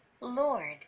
Lord